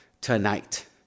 tonight